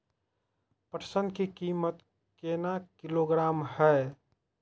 पटसन की कीमत केना किलोग्राम हय?